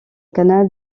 canal